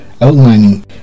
outlining